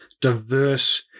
diverse